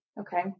Okay